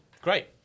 great